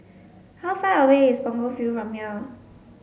how far away is Punggol Field from here